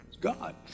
God